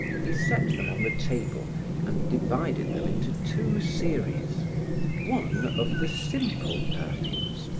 he set them on the table and divided them into two series one of the simple perfumes,